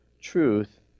truth